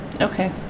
Okay